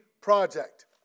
project